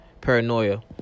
paranoia